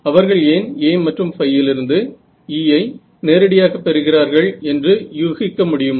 அவர்கள் ஏன் A மற்றும் ϕ இலிருந்து E ஐ நேரடியாக பெறுகிறார்கள் என்று யூகிக்க முடியுமா